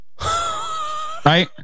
Right